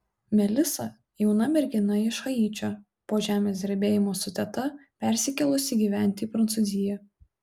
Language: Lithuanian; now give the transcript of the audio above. melisa jauna mergina iš haičio po žemės drebėjimo su teta persikėlusi gyventi į prancūziją